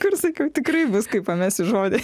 kur sakiau tikrai bus kai pamesiu žodį